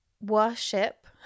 worship